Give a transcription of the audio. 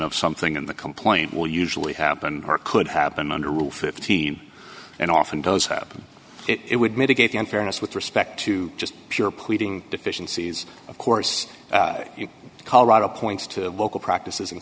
of something in the complaint will usually happen or could happen under rule fifteen and often does happen it would mitigate the unfairness with respect to just pure pleading deficiencies of course colorado points to local practices in